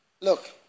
look